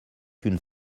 qu’une